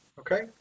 Okay